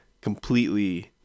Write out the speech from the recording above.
completely